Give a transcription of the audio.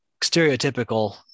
stereotypical